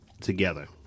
together